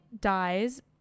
dies